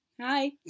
Hi